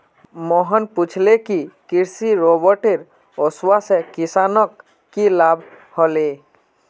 मोहन पूछले कि कृषि रोबोटेर वस्वासे किसानक की लाभ ह ले